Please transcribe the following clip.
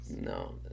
No